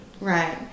right